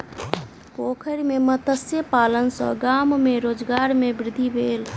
पोखैर में मत्स्य पालन सॅ गाम में रोजगार में वृद्धि भेल